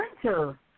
printer